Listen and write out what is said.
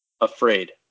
afraid